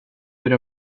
hur